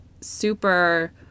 super